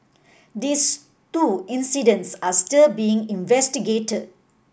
these two incidents are still being investigated